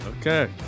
Okay